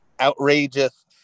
outrageous